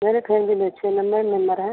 मेरे फेमिली में छः मेम्बर हैं